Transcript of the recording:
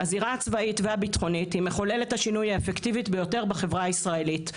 הזירה הצבאית והביטחונית היא מחוללת השינוי האפקטיבית בחברה הישראלית,